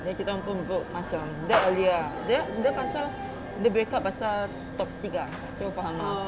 then kita orang pun both macam dia earlier lah dia pasal dia break up pasal toxic ah so faham